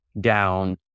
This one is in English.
down